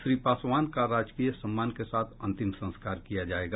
श्री पासवान का राजकीय सम्मान के साथ अंतिम संस्कार किया जाएगा